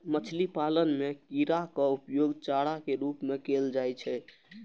मछली पालन मे कीड़ाक उपयोग चारा के रूप मे कैल जाइ छै